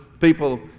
people